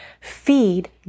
feed